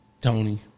Tony